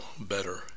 better